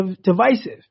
divisive